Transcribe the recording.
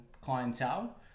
clientele